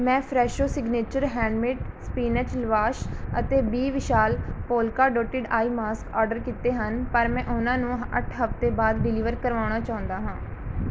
ਮੈਂ Fresho signature handmade spinach lavash ਅਤੇ B Vishal polka dotted eye mask order ਕੀਤੇ ਹਨ ਪਰ ਮੈਂ ਉਹਨਾਂ ਨੂੰ ਅੱਠ ਹਫ਼ਤੇ ਬਾਅਦ ਡਿਲੀਵਰ ਕਰਵਾਉਣਾ ਚਾਹੁੰਦਾ ਹਾਂ